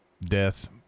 death